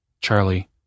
Charlie